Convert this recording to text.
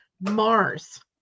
mars